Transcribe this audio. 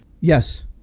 Yes